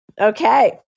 Okay